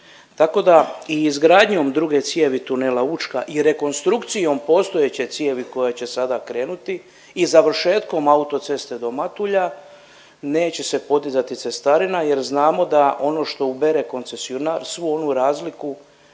tako da i izgradnjom druge cijevi tunela Učka i rekonstrukcijom postojeće cijevi koje će sada krenuti i završetkom auto ceste do Matulja, neće se podizati cestarina jer znamo da ono što ubere koncesionar, svu onu razliku